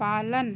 पालन